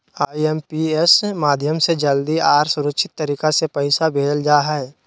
IMPS माध्यम से जल्दी आर सुरक्षित तरीका से पैसा भेजल जा हय